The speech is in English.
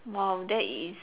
!wow! that is